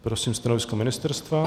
Prosím stanovisko ministerstva.